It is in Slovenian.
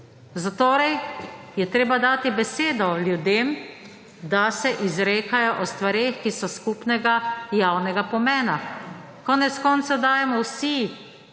Zatorej je treba dati besedo ljudem, da se izrekajo o stvareh, ki so skupnega javnega pomena. Konec koncev dajemo vsi